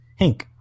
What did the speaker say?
Hink